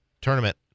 tournament